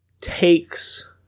takes